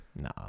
Nah